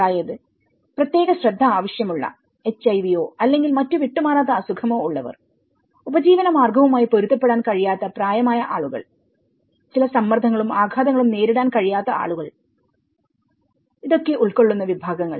അതായത് പ്രത്യേക ശ്രദ്ധ ആവശ്യം ഉള്ള HIV യോ അല്ലെങ്കിൽ മറ്റു വിട്ട് മാറാത്ത അസുഖമോ ഉള്ളവർഉപജീവനമാർഗവുമായി പൊരുത്തപ്പെടാൻ കഴിയാത്ത പ്രായമായ ആളുകൾചില സമ്മർദ്ദങ്ങളും ആഘാതങ്ങളും നേരിടാൻ കഴിയാത്ത ആളുകൾഉൾകൊള്ളുന്ന വിഭാഗങ്ങൾ